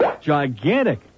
gigantic